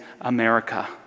America